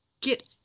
get